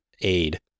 aid